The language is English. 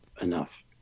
enough